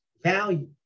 value